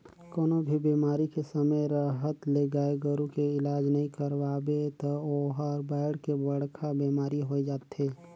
कोनों भी बेमारी के समे रहत ले गाय गोरु के इलाज नइ करवाबे त ओहर बायढ़ के बड़खा बेमारी होय जाथे